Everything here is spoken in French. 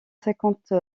cinquante